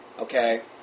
Okay